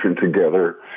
together